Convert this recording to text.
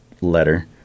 letter